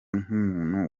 nk’umuntu